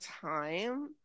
time